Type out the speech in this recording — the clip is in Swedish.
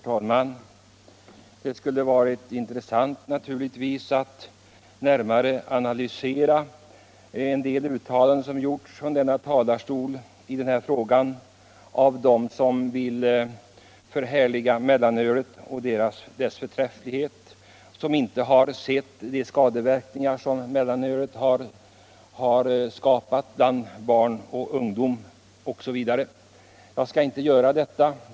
Herr talman! Det skulle naturligtvis vara intressant att närmare analysera en del uttalanden som gjorts från denna talarstol i den här frågan av dem som vill förhärliga mellanölet, vill framhäva dess förträfflighet men som inte sett de skadeverkningar för barn och ungdom som mellanölet skapar osv. Jag skall inte göra detta.